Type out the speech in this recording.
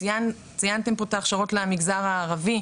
ציינתם פה את ההכשרות למגזר הערבי,